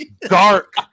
dark